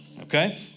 okay